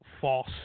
false